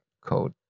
code